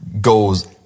goes